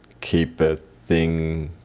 keep a thing,